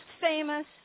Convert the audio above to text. famous